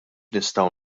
nistgħu